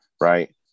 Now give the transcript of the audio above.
right